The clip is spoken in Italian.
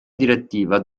direttiva